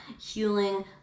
healing